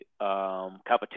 competition